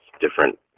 different